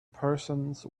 persons